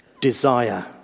desire